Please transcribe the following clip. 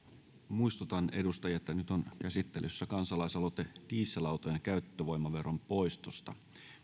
muistutan edustajia että nyt on käsittelyssä kansalaisaloite dieselautojen käyttövoimaveron poistosta